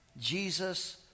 Jesus